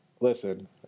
listen